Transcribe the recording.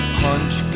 punch